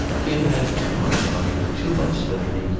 he had had too much money, too much liberty,